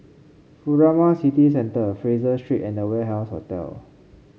Furama City Centre Fraser Street and Warehouse Hotel